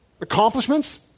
accomplishments